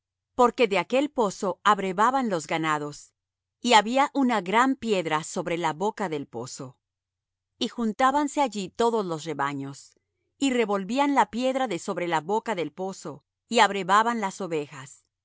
porque de aquel pozo abrevaban los ganados y había una gran piedra sobre la boca del pozo y juntábanse allí todos los rebaños y revolvían la piedra de sobre la boca del pozo y abrevaban las ovejas